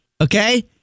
okay